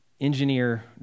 engineer